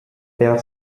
perd